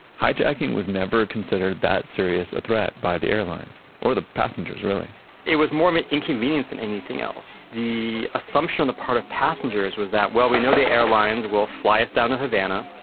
hijacking was never considered that serious a threat by the airlines or the passengers really it was more of an inconvenience than anything else. the assumption on the part of passengers was that well we know the airlines, we'll fly us down to havana,